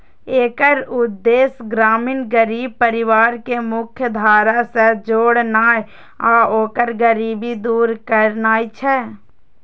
एकर उद्देश्य ग्रामीण गरीब परिवार कें मुख्यधारा सं जोड़नाय आ ओकर गरीबी दूर करनाय छै